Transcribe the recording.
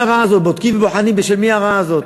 בודקים ובוחנים בשל מי הרעה הזאת,